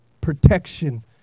protection